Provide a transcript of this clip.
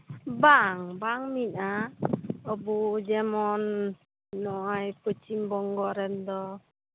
ᱵᱟᱝ ᱵᱟᱝ ᱢᱤᱫᱼᱟ ᱟᱵᱚ ᱡᱮᱢᱚᱱ ᱱᱚᱜᱼᱚᱭ ᱯᱚᱪᱷᱤᱢ ᱵᱚᱝᱜᱚ ᱨᱮᱱ ᱫᱚ ᱦᱚᱸᱜᱼᱚᱭ